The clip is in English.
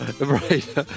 right